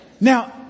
Now